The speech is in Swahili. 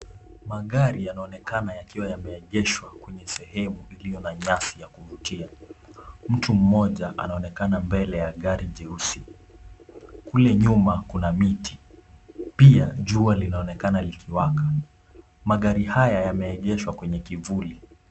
Magari yanaonekana yakiwa yameegeshwa kwenye sehemu iliyo na nyasi ya kuvutia. Mtu mmoja anaonekana mbele ya gari jeusi. Kule nyuma kuna miti. Pia jua linaonekana likiwaka. Magari haya yameegeshwa kwenye kivuli.